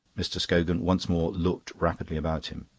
mr. scogan once more looked rapidly about him.